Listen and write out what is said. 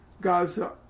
Gaza